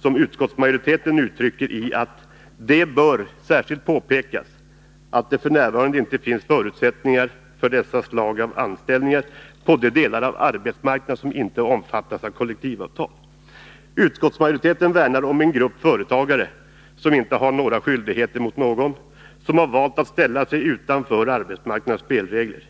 som utskottsmajoriteten uttrycker på följande sätt: ”Det bör särskilt påpekas att det f. n. inte finns förutsättningar för dessa slag av anställningar på de delar av arbetsmarknaden som inte omfattas av kollektivavtal.” Utskottsmajoriteten värnar om en grupp företagare som inte har några skyldigheter mot någon — som har valt att ställa sig utanför arbetsmarknadens spelregler.